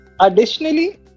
Additionally